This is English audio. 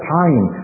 time